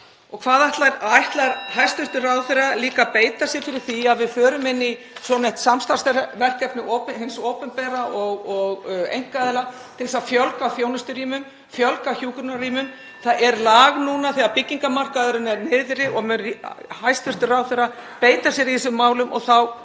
Ætlar hæstv. ráðherra líka beita sér fyrir því að við förum inn í svonefnt samstarfsverkefni hins opinbera og einkaaðila til að fjölga þjónusturýmum, fjölga hjúkrunarrýmum? Það er lag núna þegar byggingamarkaðurinn er niðri. Mun hæstv. ráðherra beita sér í þessum málum og þá